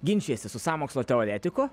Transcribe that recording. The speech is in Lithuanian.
ginčijasi su sąmokslo teoretiku